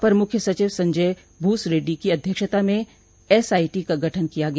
अपर मुख्य सचिव संजय भूस रेड्डी की अध्यक्षता में एसआईटी का गठन किया गया